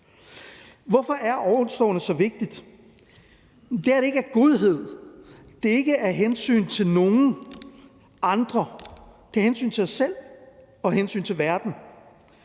Hvorfor er ovenstående så vigtigt? Det er det ikke af godhed. Det er ikke af hensyn til nogen andre. Det er af hensyn til os selv og af hensyn til verden,